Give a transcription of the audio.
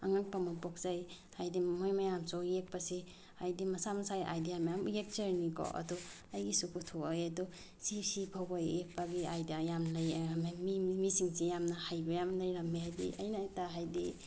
ꯑꯉꯛꯄ ꯑꯃ ꯄꯣꯛꯆꯩ ꯍꯥꯏꯗꯤ ꯃꯣꯏ ꯃꯌꯥꯝꯁꯤ ꯌꯦꯛꯄꯁꯤ ꯍꯥꯏꯗꯤ ꯃꯁꯥ ꯃꯁꯥꯒꯤ ꯑꯥꯏꯗꯤꯌꯥ ꯃꯌꯥꯝ ꯌꯦꯛꯆꯔꯤꯅꯤꯀꯣ ꯑꯗꯨ ꯑꯩꯒꯤꯁꯨ ꯄꯨꯊꯛꯑꯦ ꯑꯗꯨ ꯁꯤꯁꯤ ꯐꯥꯎꯕ ꯌꯦꯛꯄꯒꯤ ꯑꯥꯏꯗꯤꯌꯥ ꯌꯥꯝ ꯂꯩ ꯃꯤꯁꯤꯡꯁꯤ ꯌꯥꯝꯅ ꯍꯩꯕ ꯌꯥꯝꯅ ꯂꯩꯔꯝꯃꯦ ꯍꯥꯏꯗꯤ ꯑꯩꯅꯇ ꯍꯥꯏꯗꯤ